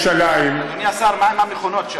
אדוני השר, מה עם המכונות?